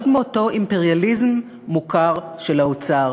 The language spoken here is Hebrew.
עוד מאותו אימפריאליזם מוכר של האוצר.